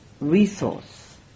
resource